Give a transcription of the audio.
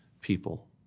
people